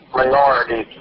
minority